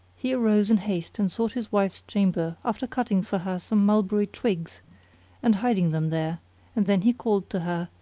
he arose in haste and sought his wife's chamber, after cutting for her some mulberry twigs and hiding them there and then he called to her,